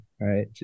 right